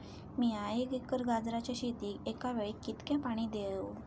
मीया एक एकर गाजराच्या शेतीक एका वेळेक कितक्या पाणी देव?